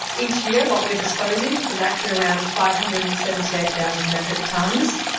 each year, what we are disposing is actually around five hundred and seventy eight thousand metric tonnes,